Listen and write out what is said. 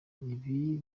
ibi